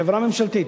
חברה ממשלתית,